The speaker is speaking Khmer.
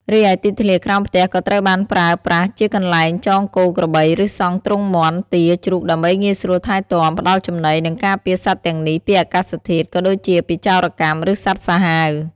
រីឯទីធ្លាក្រោមផ្ទះក៏ត្រូវបានប្រើប្រាស់ជា កន្លែងចងគោ ក្របី ឬសង់ទ្រុងមាន់ ទា ជ្រូក ដើម្បីងាយស្រួលថែទាំ ផ្តល់ចំណី និងការពារសត្វទាំងនោះពីអាកាសធាតុ ក៏ដូចជាពីចោរកម្ម ឬសត្វសាហាវ ។